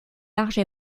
large